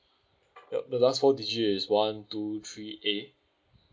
yup the last four digit is one two three A